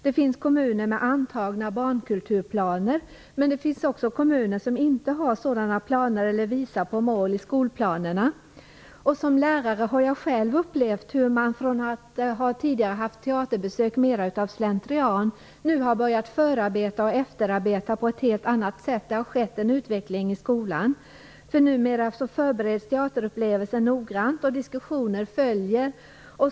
Det finns kommuner med antagna barnkulturplaner, men det finns också kommuner som inte har sådana planer eller visar på mål i skolplanerna. Som lärare har jag själv upplevt en utveckling från att teaterbesök tidigare mest har skett av slentrian till att man nu har förarbete och efterarbete på ett helt annat sätt. Det har skett en utveckling i skolan. Numera förbereds teaterupplevelsen noggrant, och diskussioner följer.